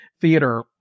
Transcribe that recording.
theater